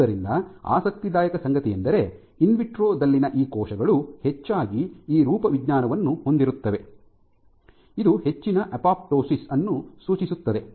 ಆದ್ದರಿಂದ ಆಸಕ್ತಿದಾಯಕ ಸಂಗತಿಯೆಂದರೆ ಇನ್ವಿಟ್ರೊ ದಲ್ಲಿನ ಈ ಕೋಶಗಳು ಹೆಚ್ಚಾಗಿ ಈ ರೂಪವಿಜ್ಞಾನವನ್ನು ಹೊಂದಿರುತ್ತವೆ ಇದು ಹೆಚ್ಚಿನ ಅಪೊಪ್ಟೋಸಿಸ್ ಅನ್ನು ಸೂಚಿಸುತ್ತದೆ